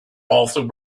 also